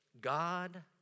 God